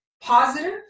positive